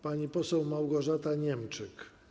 Pani poseł Małgorzata Niemczyk.